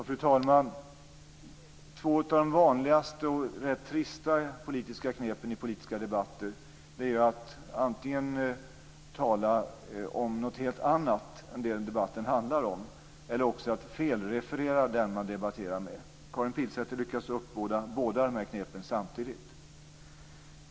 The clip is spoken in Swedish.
Fru talman! Två av de vanligaste och tristaste knepen i politiska debatter är att antingen tala om något helt annat än det debatten handlar om, eller att felreferera den man debatterar med. Karin Pilsäter lyckas använda båda de här knepen samtidigt.